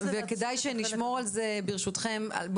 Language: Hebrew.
ברשותכם,